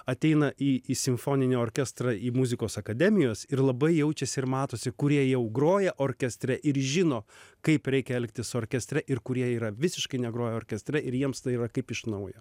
ateina į į simfoninį orkestrą į muzikos akademijos ir labai jaučiasi ir matosi kurie jau groja orkestre ir žino kaip reikia elgtis orkestre ir kurie yra visiškai negroję orkestre ir jiems tai yra kaip iš naujo